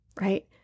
Right